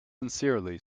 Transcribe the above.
sincerely